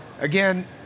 Again